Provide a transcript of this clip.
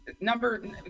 Number